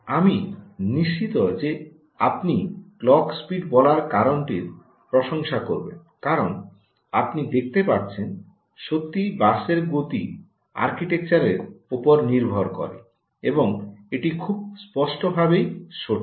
আমি নিশ্চিত যে আপনি ক্লক স্পিড বলার কারণটির প্রশংসা করবেন কারণ আপনি দেখতে পাচ্ছেন সত্যিই বাসের গতি আর্কিটেকচারের উপর নির্ভর করে এবং এটি খুব স্পষ্টভাবেই সঠিক